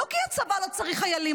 לא כי הצבא לא צריך חיילים,